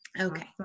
Okay